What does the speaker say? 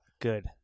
Good